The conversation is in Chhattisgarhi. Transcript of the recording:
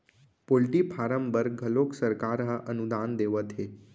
पोल्टी फारम बर घलोक सरकार ह अनुदान देवत हे